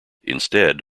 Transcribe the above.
instead